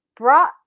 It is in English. brought